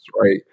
right